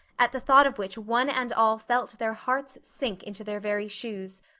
at the thought of which one and all felt their hearts sink into their very shoes.